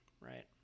right